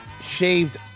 shaved